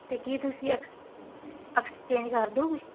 ਅਤੇ ਕੀ ਤੁਸੀਂ ਅਸਕ ਅਕਸਚੇਂਜ ਕਰ ਦੋਂਗੇ